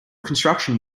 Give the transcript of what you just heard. construction